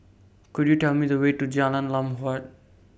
Could YOU Tell Me The Way to Jalan Lam Huat